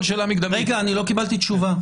רגע, אני לא קיבלתי תשובה.